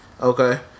Okay